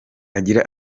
agira